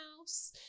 house